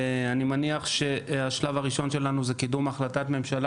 אני מניח שהשלב הראשון שלנו זה קידום החלטת ממשלה